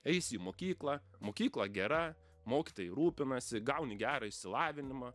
eisi į mokyklą mokykla gera mokytojai rūpinasi gauni gerą išsilavinimą